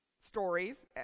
stories